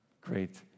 great